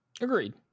Agreed